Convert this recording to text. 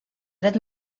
dret